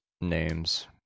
names